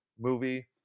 movie